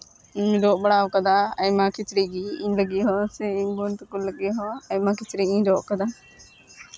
ᱤᱧ ᱨᱚᱜ ᱵᱟᱲᱟ ᱠᱟᱫᱟ ᱟᱭᱢᱟ ᱠᱤᱪᱨᱤᱡ ᱜᱮ ᱤᱧ ᱞᱟᱹᱜᱤᱫ ᱦᱚᱸ ᱥᱮ ᱤᱧ ᱵᱳᱱ ᱛᱟᱠᱚ ᱞᱟᱹᱜᱤᱫ ᱦᱚᱸ ᱟᱭᱢᱟ ᱠᱤᱪᱨᱤᱡ ᱤᱧ ᱨᱚᱜ ᱠᱟᱫᱟ